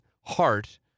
heart